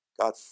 God